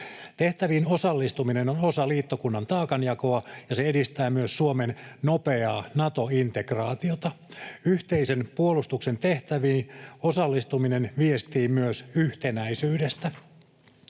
Tehtäviin osallistuminen on osa liittokunnan taakanjakoa, ja se edistää myös Suomen nopeaa Nato-integraatiota. Yhteisen puolustuksen tehtäviin osallistuminen viestii myös yhtenäisyydestä.